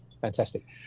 fantastic